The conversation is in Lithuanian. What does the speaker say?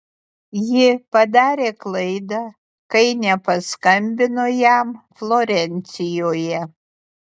ji padarė klaidą kai nepaskambino jam florencijoje